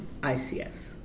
ICS